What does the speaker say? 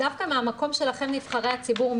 דווקא מהמקום שלכם נבחרי הציבור,